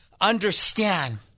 understand